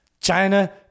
China